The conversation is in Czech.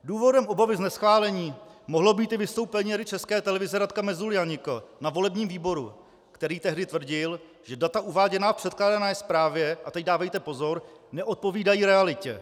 Důvodem obavy z neschválení mohlo být i vystoupení rady České televize Radka Mezuláníka na volebním výboru, který tehdy tvrdil, že data uváděná v předkládané zprávě a teď dávejte pozor neodpovídají realitě.